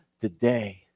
today